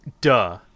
duh